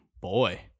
Boy